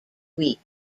week